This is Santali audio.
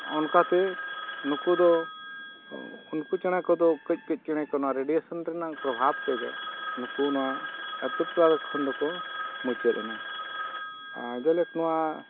ᱚᱱᱠᱟᱛᱮ ᱱᱩᱠᱩ ᱫᱚ ᱩᱱᱠᱩ ᱪᱮᱬᱮ ᱠᱚᱫᱚ ᱠᱟᱹᱡ ᱠᱟᱹᱡ ᱪᱮᱬᱮ ᱠᱚ ᱱᱚᱣᱟ ᱨᱮᱰᱤᱭᱳᱥᱮᱱ ᱨᱮᱱᱟᱜ ᱯᱨᱚᱵᱷᱟᱵᱽ ᱛᱮᱜᱮ ᱱᱩᱠᱩ ᱱᱚᱣᱟ ᱟᱹᱛᱩ ᱴᱚᱞᱟ ᱠᱷᱚᱱ ᱫᱚᱠᱚ ᱢᱩᱪᱟᱹᱫ ᱮᱱᱟ ᱡᱮᱞᱮᱠ ᱱᱚᱣᱟ